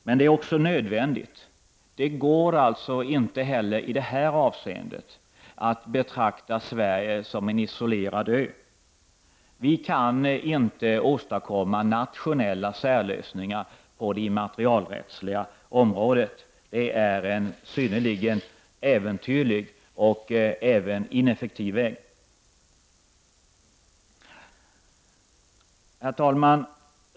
Men det är också nödvändigt. Det går alltså inte heller i detta avseende att betrakta Sve rige som en isolerad ö. Vi kan inte åstadkomma nationella särlösningar på det immaterialrättsliga området. Det vore en synnerligen äventyrlig och ineffektiv väg att gå. Herr talman!